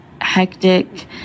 hectic